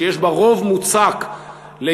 שיש בה רוב מוצק ליהודים,